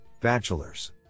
bachelors